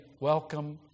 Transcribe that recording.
Welcome